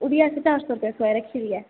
एह्दी असें पंज सौ सिलवाई रक्खी दी ऐ